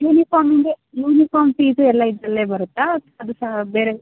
ಯೂನಿಫಾರ್ಮ್ಗೆ uniform fees ಎಲ್ಲ ಇದರಲ್ಲೇ ಬರುತ್ತಾ ಬೇರೆ